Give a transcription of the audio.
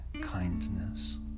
kindness